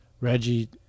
Reggie